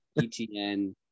etn